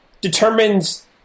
determines